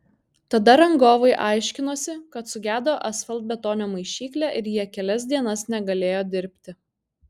tada rangovai aiškinosi kad sugedo asfaltbetonio maišyklė ir jie kelias dienas negalėjo dirbti